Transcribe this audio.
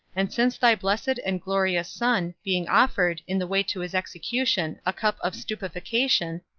and since thy blessed and glorious son, being offered, in the way to his execution, a cup of stupefaction,